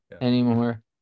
anymore